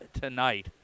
tonight